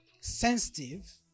sensitive